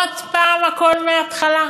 עוד פעם הכול מההתחלה?